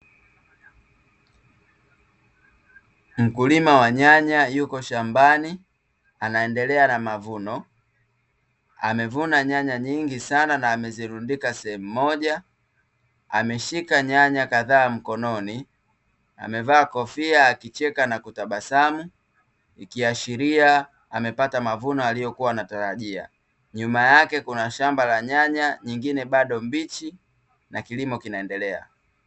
Mkulima wa nyanya yupo shambani anaendelea na mavuno. Amevuna nyanya nyingi sana na amezirundika sehemu moja. Ameshika nyanya kadhaa mkononi. Amevaa kofia akicheka na kutabasamu, ikiashiria amepata mavuno aliyokuwa anatarajia. Nyuma yake kuna shamba la nyanya nyingine bado mbichi na kilimo kinaendelea.